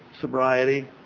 sobriety